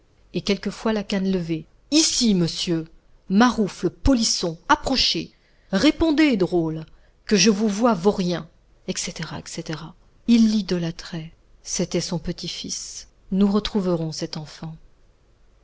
et quelquefois la canne levée ici monsieur maroufle polisson approchez répondez drôle que je vous voie vaurien etc etc il l'idolâtrait c'était son petit-fils nous retrouverons cet enfant